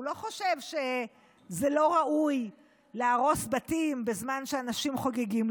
הוא לא חושב שזה לא ראוי להרוס בתים בזמן שאנשים חוגגים.